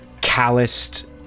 calloused